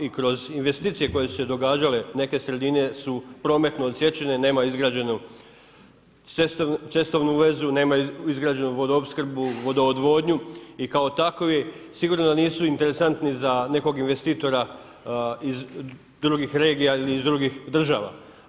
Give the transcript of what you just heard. I kroz investicije koje su se događale neke sredine su prometno odsječene, nemaju izgrađenu cestovnu vezu, nemaju izgrađenu vodoopskrbu, vodo odvodnju i kao takovi sigurno da nisu interesantni za nekog investitora iz drugih regija ili iz drugih država.